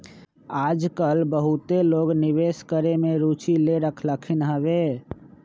याजकाल बहुते लोग निवेश करेमे में रुचि ले रहलखिन्ह हबे